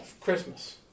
Christmas